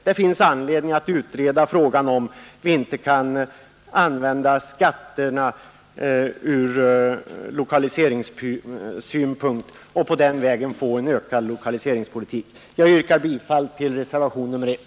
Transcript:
Det finns anledning att utreda frågan om vi inte skulle kunna använda skatterna för att lösa lokaliseringsproblemen. Jag yrkar bifall till reservationen 1.